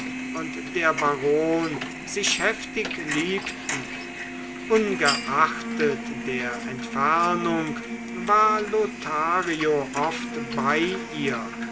und der baron sich heftig liebten ungeachtet der entfernung war lothario oft bei ihr